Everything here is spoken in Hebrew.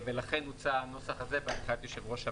ולכן הוצע הנוסח הזה בהנחיית יושב-ראש הוועדה.